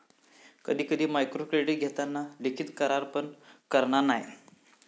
कधी कधी मायक्रोक्रेडीट घेताना लिखित करार पण करना नाय